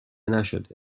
نشده